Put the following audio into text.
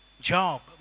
Job